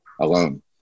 alone